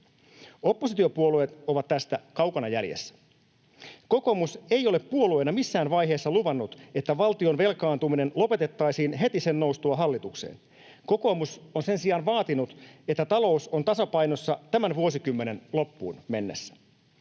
Oppositiopuolueet ovat tästä kaukana jäljessä. Kokoomus ei ole puolueena missään vaiheessa luvannut, että valtion velkaantuminen lopetettaisiin heti sen noustua hallitukseen. Kokoomus on sen sijaan vaatinut, että talous on tasapainossa tämän vuosikymmenen loppuun mennessä.